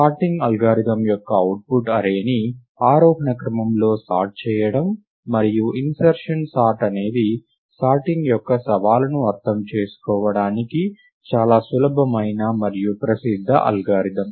sorting algorithm యొక్క output array ని ఆరోహణ క్రమంలో సార్ట్ చేయడం మరియు ఇంసెర్షన్ సార్ట్ అనేది సార్టింగ్ యొక్క సవాలును అర్థం చేసుకోవడానికి చాలా సులభమైన మరియు ప్రసిద్ధ అల్గోరిథం